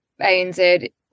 ANZ